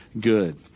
good